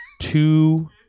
two